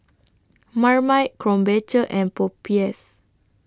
Marmite Krombacher and Popeyes